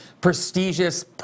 prestigious